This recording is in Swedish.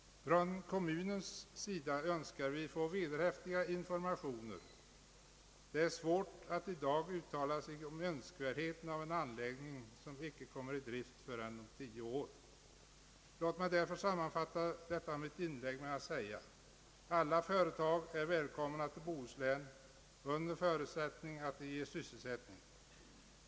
Från kommunens sida önskar vi få vederhäftiga informationer. Det är svårt att i dag uttala sig om önskvärdheten av en anläggning som inte kommer i drift förrän om tio år. Låt mig därför sammanfatta mitt inlägg med att säga: Alla företag är välkomna till Bohuslän under förutsättning att de ger sysselsättning.